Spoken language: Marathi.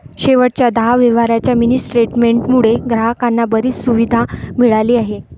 शेवटच्या दहा व्यवहारांच्या मिनी स्टेटमेंट मुळे ग्राहकांना बरीच सुविधा मिळाली आहे